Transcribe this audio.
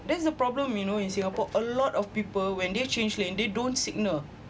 that's the problem you know in singapore a lot of people when they change lane they don't signal